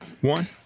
One